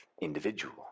individual